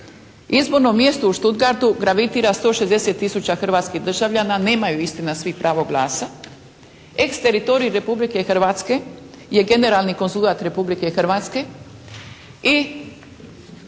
izborno mjestu u Stuttgartu gravitira 160 tisuća hrvatskih državljana, nemaju istina svi pravo glasa. Ex-teritorij Republike Hrvatske je generalni konzulat Republike Hrvatske